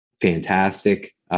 fantastic